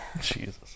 jesus